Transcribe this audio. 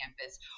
campus